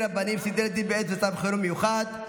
רבניים (סדרי דין בעת מצב חירום מיוחד),